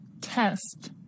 Test